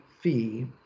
fee